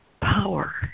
power